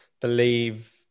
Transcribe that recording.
believe